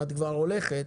אם את כבר הולכת,